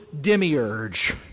demiurge